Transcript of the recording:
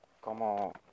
como